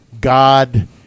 God